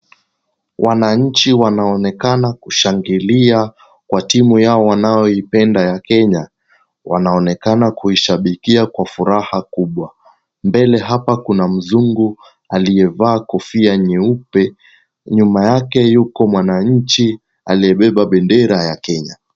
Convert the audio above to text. Wananchi wanaonekana kushangilia kwa timu yao wanayoipenda ya Kenya. Wanaonekana kuishabikia kwa furaha kubwa. Mbele hapa kuna mzungu, aliyevaa kofia nyeupe. Nyuma yake yuko mwananchi, aliyebeba bendera ya Kenya.